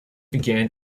begin